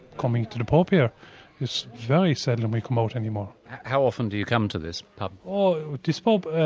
coming to the pub here it's very seldom we come out any more how often do you come to this pub? oh, this pub?